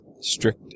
strict